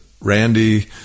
Randy